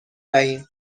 دهیم